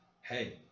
hey